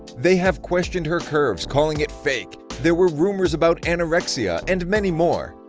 they have questioned her curves calling it fake, there were rumors about anorexia and many more!